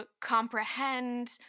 comprehend